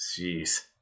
Jeez